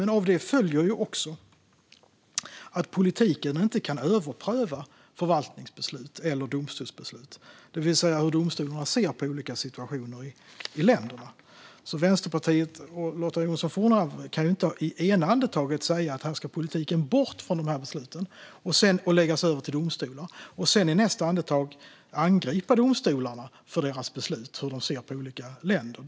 Av det följer dock också att politiken inte kan överpröva förvaltningsbeslut eller domstolsbeslut, det vill säga hur domstolarna ser på olika situationer i länder. Vänsterpartiet och Lotta Johnsson Fornarve kan ju inte i ena andetaget säga att politiken ska bort från dessa beslut och läggas över till domstolar och sedan i nästa andetag angripa domstolarna för deras beslut och för hur de ser på olika länder.